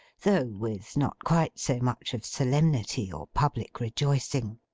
though with not quite so much of solemnity or public rejoicing.